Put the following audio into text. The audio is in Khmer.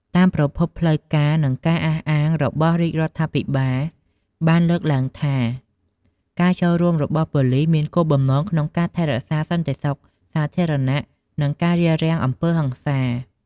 តាមប្រភពផ្លូវការ និងការអះអាងរបស់រាជរដ្ឋាភិបាលបានលើកឡើងថា ការចូលរួមរបស់ប៉ូលីសមានគោលបំណងក្នុងការថែរក្សាសន្តិសុខសាធារណៈ និងការរារាំងអំពើហិង្សា។